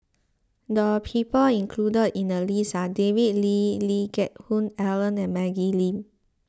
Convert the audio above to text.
the people included in the list are David Lee Lee Geck Hoon Ellen and Maggie Lim